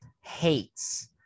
hates